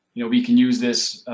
you know we can use this